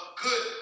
good